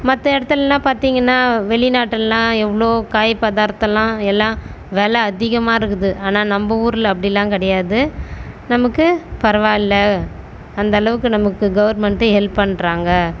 மற்ற இடத்துலலாம் பார்த்தீங்கன்னா வெளிநாட்டுல்லாம் எவ்வளோ காய் பதார்த்தல்லாம் எல்லாம் வெலை அதிகமாக இருக்குது ஆனால் நம்ம ஊரில் அப்படிலாம் கிடையாது நமக்கு பரவாயில்லை அந்தளவுக்கு நமக்கு கவர்மெண்டே ஹெல்ப் பண்ணுறாங்க